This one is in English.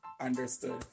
Understood